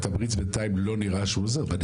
התמריץ בנתיים לא נראה שהוא עוזר.